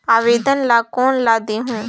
आवेदन ला कोन ला देहुं?